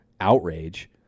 outrage